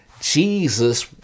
Jesus